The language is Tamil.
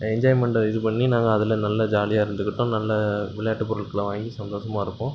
என்ஜாய்மெண்ட்டை இது பண்ணி நாங்கள் அதில் நல்லா ஜாலியாக இருந்துகிட்டோம் நல்ல விளையாட்டு பொருட்களை வாங்கி சந்தோசமாக இருப்போம்